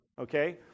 Okay